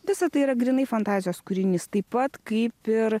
visa tai yra grynai fantazijos kūrinys taip pat kaip ir